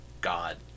god